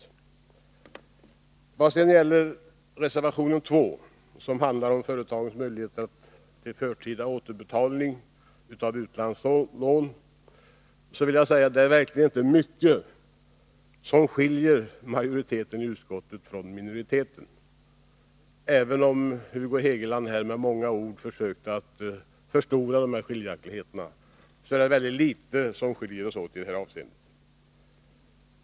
I vad sedan gäller reservation nr 2, som handlar om företagens möjlighet till förtida återbetalning av utlandslån, vill jag säga att det inte är mycket som skiljer majoriteten i utskottet från minoriteten. Även om Hugo Hegeland här med många ord försökte förstora dessa skiljaktigheter, är det mycket litet som skiljer oss åt i detta avseende.